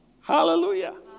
Hallelujah